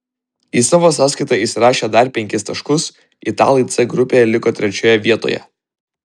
į savo sąskaitą įsirašę dar penkis taškus italai c grupėje liko trečioje vietoje